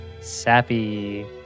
Sappy